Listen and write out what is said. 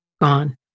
gone